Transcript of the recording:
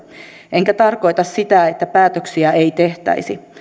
enkä tarkoita sitä että päätöksiä ei tehtäisi